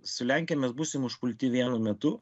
su lenkija mes būsim užpulti vienu metu